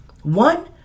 One